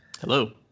Hello